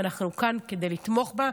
ואנחנו כאן כדי לתמוך בה,